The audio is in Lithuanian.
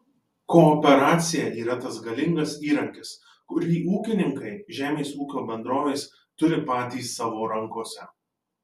kooperacija yra tas galingas įrankis kurį ūkininkai žemės ūkio bendrovės turi patys savo rankose